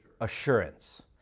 assurance